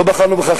לא בחרנו בך,